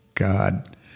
God